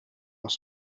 was